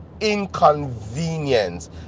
inconvenience